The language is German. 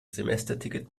semesterticket